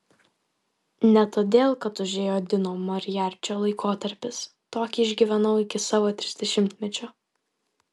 ne todėl kad užėjo dino moriarčio laikotarpis tokį išgyvenau iki savo trisdešimtmečio